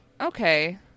Okay